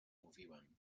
mówiłem